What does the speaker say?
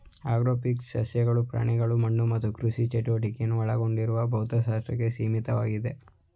agrophysics ಸಸ್ಯಗಳು ಪ್ರಾಣಿಗಳು ಮಣ್ಣು ಮತ್ತು ಕೃಷಿ ಚಟುವಟಿಕೆಯನ್ನು ಒಳಗೊಂಡಿರುವ ಭೌತಶಾಸ್ತ್ರಕ್ಕೆ ಸೀಮಿತವಾಗಿದೆ